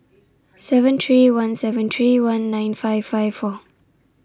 seven three one seven three one nine five five four